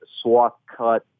swath-cut